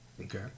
okay